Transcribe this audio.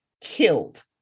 killed